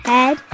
Head